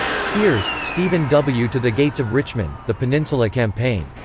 sears, stephen w. to the gates of richmond the peninsula campaign.